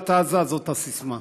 מרצועת עזה, זאת הססמה.